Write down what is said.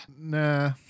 Nah